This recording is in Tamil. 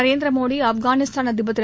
நரேந்திர மோடி ஆப்கானிஸ்தான் அதிபர் திரு